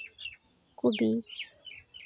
ᱠᱚᱯᱤ